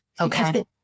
Okay